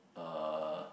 uh